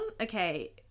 okay